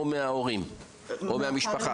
או מהמשפחה?